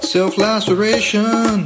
Self-laceration